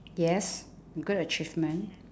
yes good achievement